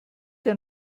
der